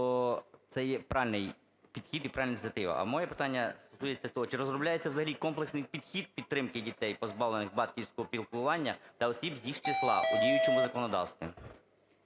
то це є правильний підхід і правильна ініціатива. А моє питання стосується того чи розробляється взагалі комплексний підхід підтримки дітей, позбавлених батьківського піклування, та осіб з їх числа у діючому законодавстві?